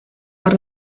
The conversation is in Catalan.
per